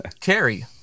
Carrie